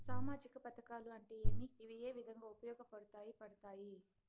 సామాజిక పథకాలు అంటే ఏమి? ఇవి ఏ విధంగా ఉపయోగపడతాయి పడతాయి?